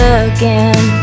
again